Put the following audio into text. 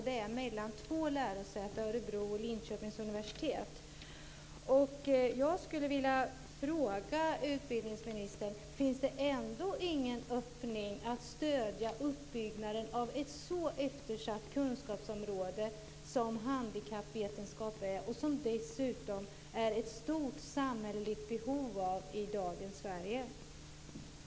Det här är ett samarbete mellan två lärosäten, mellan Jag skulle vilja fråga utbildningsministern: Finns det ingen öppning när det gäller att stödja uppbyggnaden av ett så eftersatt kunskapsområde som handikappvetenskap är och som det dessutom finns ett stort samhälleligt behov av i dagens Sverige?